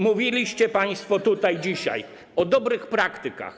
Mówiliście państwo tutaj dzisiaj o dobrych praktykach.